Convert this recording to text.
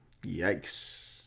Yikes